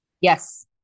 Yes